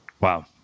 Wow